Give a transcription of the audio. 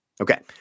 Okay